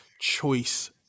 choice